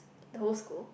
the whole school